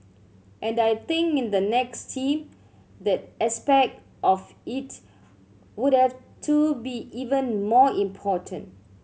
and I think in the next team that aspect of it would have to be even more important